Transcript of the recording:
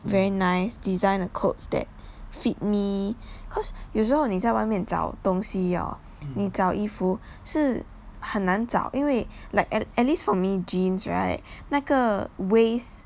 very nice design the clothes that fit me cause 有时候你在外面找东西 hor 你找衣服是很难找因为 like at at least for me jeans right 那个 waist